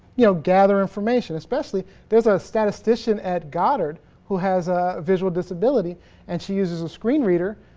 you know gather information especially there's a statistician at goddard who has a a visual disability and she is is a screen reader